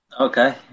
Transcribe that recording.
Okay